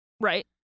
Right